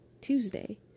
Tuesday